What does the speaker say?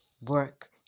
work